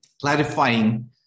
Clarifying